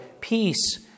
peace